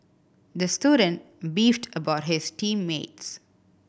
the student beefed about his team mates